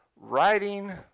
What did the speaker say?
writing